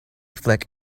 flag